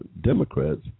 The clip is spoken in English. Democrats